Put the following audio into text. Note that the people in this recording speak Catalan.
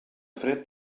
fred